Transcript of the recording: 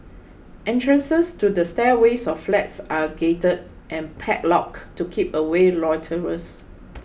entrances to the stairways of flats are gated and padlocked to keep away loiterers